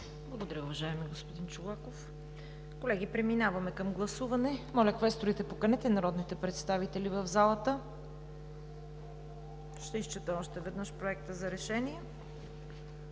Благодаря, уважаеми господин Чолаков. Колеги, преминаваме към гласуване. Моля, квесторите, поканете народните представители в залата. Ще изчета още веднъж Проекта на решение: